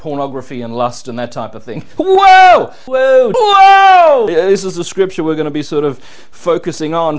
pornography and lust and that type of thing who is the scripture we're going to be sort of focusing on